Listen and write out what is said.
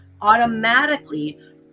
automatically